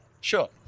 sure